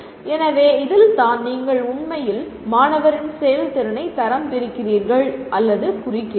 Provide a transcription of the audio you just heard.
எனவே இதில்தான் நீங்கள் உண்மையில் மாணவரின் செயல்திறனை தரம் பிரிக்கிறீர்கள் அல்லது குறிக்கிறீர்கள்